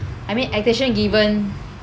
I mean attention given